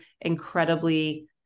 incredibly